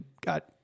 got